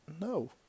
No